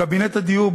קבינט הדיור,